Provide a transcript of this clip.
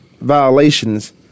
violations